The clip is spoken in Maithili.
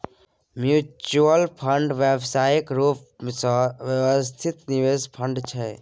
म्युच्युल फंड व्यावसायिक रूप सँ व्यवस्थित निवेश फंड छै